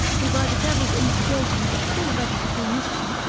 who by the devil's instigation is still ready to do mischief,